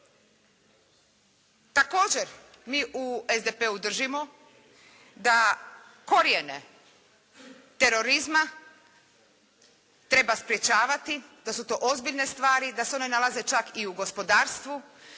Također mi u SDP-u držimo da korijene terorizma treba sprječavati, da su to ozbiljne stvari, da se one nalaze čak i u gospodarstvu